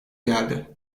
geldi